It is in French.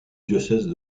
diocèse